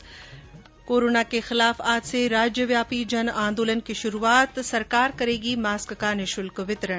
् कोरोना के खिलाफ आज से राज्यव्यापी जन आंदोलन की शुरूआत सरकार करेगी मास्क का निशुल्क वितरण